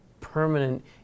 permanent